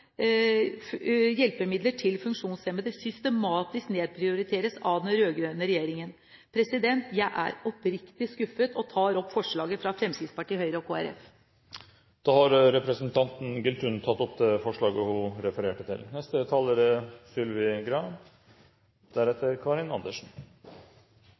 hjelpemidler til funksjonshemmede systematisk nedprioriteres av den rød-grønne regjeringen. Jeg er oppriktig skuffet og tar opp forslaget fra Fremskrittspartiet, Høyre og Kristelig Folkeparti. Representanten Vigdis Giltun har tatt opp det forslaget hun refererte til. For Høyre er